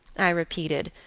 i repeated,